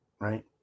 right